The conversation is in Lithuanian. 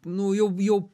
nu jau jau